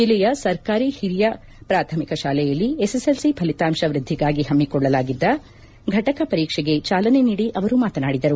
ಜಿಲ್ಲೆಯ ಸರಕಾರಿ ಹಿರಿಯ ಪ್ರಾಥಮಿಕ ಶಾಲೆಯಲ್ಲಿ ಎಸ್ಎಸ್ಎಲ್ಸಿ ಫಲಿತಾಂಶ ವೈದ್ದಿಗಾಗಿ ಹಮ್ನಿಕೊಳ್ಳಲಾಗಿದ್ದ ಘಟಕ ಪರೀಕ್ಷೆಗೆ ಚಾಲನೆ ನೀಡಿ ಅವರು ಮಾತನಾಡಿದರು